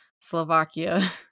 Slovakia